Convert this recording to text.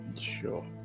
sure